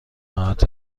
ساعت